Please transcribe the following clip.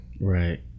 right